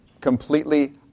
completely